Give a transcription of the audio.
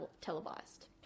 televised